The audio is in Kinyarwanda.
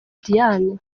diane